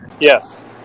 Yes